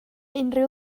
unrhyw